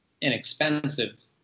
inexpensive